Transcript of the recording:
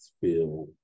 feel